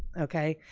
okay,